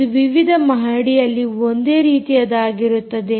ಇದು ವಿವಿಧ ಮಹಡಿಯಲ್ಲಿ ಒಂದೇ ರೀತಿಯಾಗಿರುತ್ತದೆ